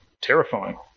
terrifying